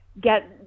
get